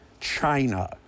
China